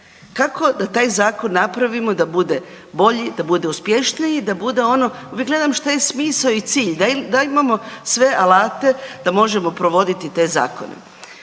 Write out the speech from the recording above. Kako da taj zakon napravimo da bude bolji, da bude uspješniji, da bude ono, uvijek gledam šta je smisao i cilj, da imamo sve alate da možemo provoditi te zakone.